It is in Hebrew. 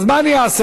אז מה אני אעשה?